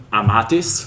amatis